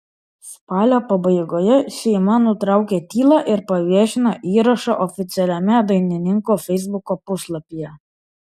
spalio pabaigoje šeima nutraukė tylą ir paviešino įrašą oficialiame dainininko feisbuko puslapyje